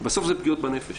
בסוף זה פגיעות בנפש